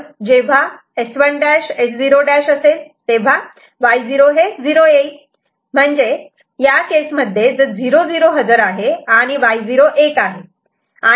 तर जेव्हा S1' S0' असेल तेव्हा Y0 0 येईल म्हणजेच या केस मध्ये जर 0 0 हजर आहे आणि Y0 1 आहे